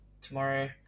tomorrow